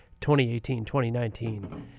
2018-2019